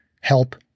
help